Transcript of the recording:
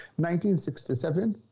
1967